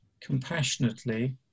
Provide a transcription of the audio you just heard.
compassionately